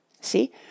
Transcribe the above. See